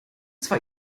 zwar